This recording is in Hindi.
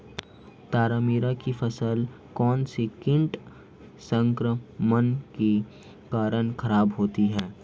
तारामीरा की फसल कौनसे कीट संक्रमण के कारण खराब होती है?